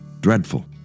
dreadful